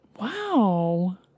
Wow